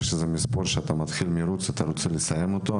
כשאתה מתחיל מרוץ אתה רוצה לסיים אותו,